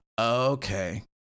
okay